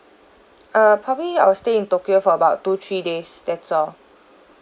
err probably I will stay in tokyo for about two three days that's all